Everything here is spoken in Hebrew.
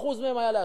30% מהן היו להשקעה.